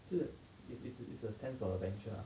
是 it's it's its a sense of adventure ah